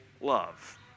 love